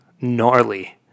gnarly